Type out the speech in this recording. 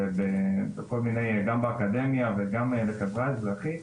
גם באקדמיה וגם בחברה האזרחית.